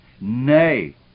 Nay